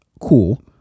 cool